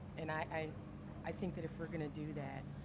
and i i think that if we're gonna do that,